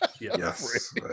Yes